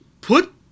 put